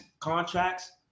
contracts